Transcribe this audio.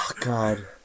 God